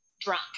drunk